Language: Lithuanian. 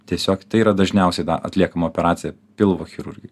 tiesiog tai yra dažniausiai atliekama operacija pilvo chirurgijoj